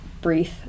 Breathe